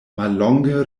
mallonge